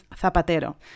Zapatero